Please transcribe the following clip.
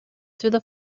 through